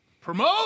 Promote